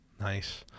Nice